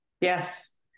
Yes